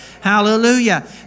Hallelujah